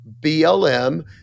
BLM